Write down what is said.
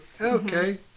Okay